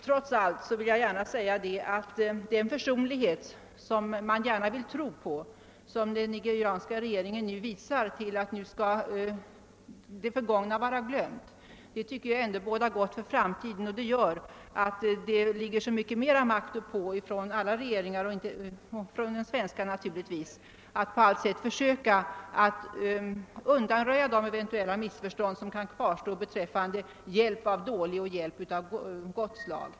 Trots allt vill jag gärna säga att den försonlighet som den nigerianska regeringen nu visar och dess uttalanden — som man gärna vill tro på — att det förgångna skall vara glömt bådar gott för framtiden. Detta gör att det ligger så mycket mer makt uppå att samtliga regeringar — inte bara den svenska — på allt sätt försöker undanröja de missförstånd som eventuellt kan kvarstå beträffande hjälp av dåligt slag eller hjälp av gott slag.